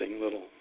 little